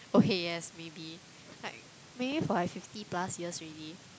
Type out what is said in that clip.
okay yes maybe like maybe for like fifty plus years already